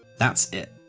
that's it.